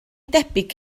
debyg